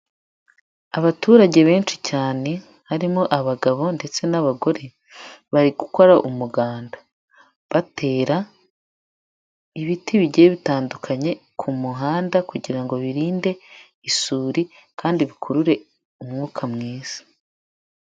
Abaturage benshi cyane harimo abagabo ndetse n'abagore, bari gukora umuganda. Batera ibiti bigiye bitandukanye, ku muhanda kugira ngo birinde isuri kandi bikurure umwuka mwiza.